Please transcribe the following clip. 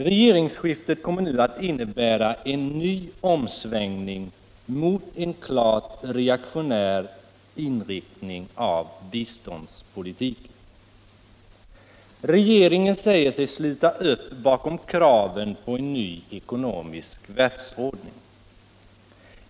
Regeringsskiftet kommer nu att innebära en ny omsvängning till en klart reaktionär inriktning av biståndspolitiken. Regeringen säger sig sluta upp bakom kraven på en ny ekonomisk världsordning.